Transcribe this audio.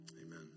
Amen